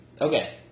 Okay